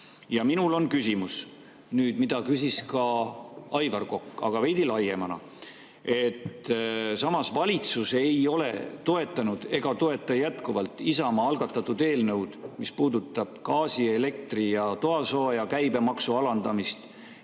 Minul on nüüd küsimus, mida küsis ka Aivar Kokk, aga veidi laiemana. Valitsus ei ole toetanud ega toeta jätkuvalt Isamaa algatatud eelnõu, mis puudutab gaasi, elektri ja toasooja käibemaksu alandamist